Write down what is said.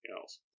else